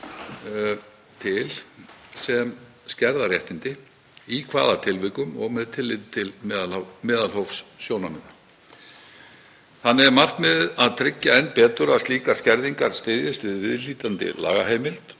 sem skerða réttindi, í hvaða tilvikum og með tilliti til meðalhófssjónarmiða. Þannig er markmiðið að tryggja enn betur að slíkar skerðingar styðjist við viðhlítandi lagaheimild